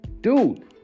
dude